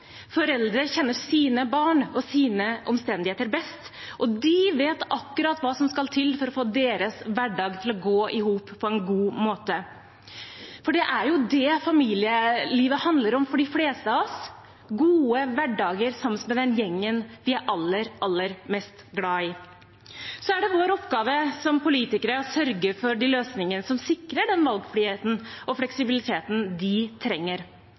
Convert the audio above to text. Foreldre kjenner sine barn og sine omstendigheter best, og de vet akkurat hva som skal til for å få sin hverdag til å gå i hop på en god måte. For det er jo det familielivet handler om for de fleste av oss: gode hverdager sammen med den gjengen vi er aller, aller mest glad i. Så er det vår oppgave som politikere å sørge for de løsningene som sikrer den valgfriheten og fleksibiliteten de trenger.